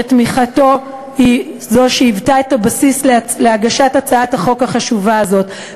שתמיכתו הייתה הבסיס להגשת הצעת החוק החשובה הזאת,